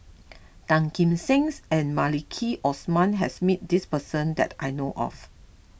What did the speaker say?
Tan Kim Seng and Maliki Osman has met this person that I know of